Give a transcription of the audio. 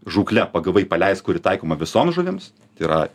žūkle pagavai paleisk kuri taikoma visom žuvims tai yra